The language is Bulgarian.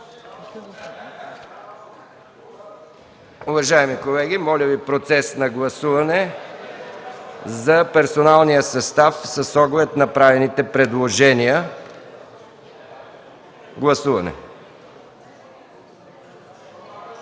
Уважаеми колеги, моля да гласуваме за персоналния състав с оглед на направените предложения. Гласуваме.